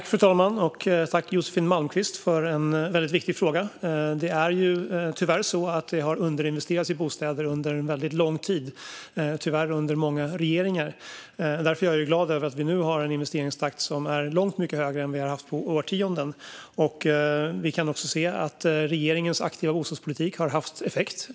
Fru talman! Tack, Josefin Malmqvist, för en väldigt viktig fråga! Det är tyvärr så att det har underinvesterats i bostäder under en väldigt lång tid, tyvärr under många regeringar. Därför är jag glad över att vi nu har en investeringstakt som är långt mycket högre än på årtionden. Vi kan också se att regeringens aktiva bostadspolitik har haft effekt.